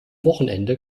wochenende